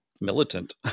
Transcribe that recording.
militant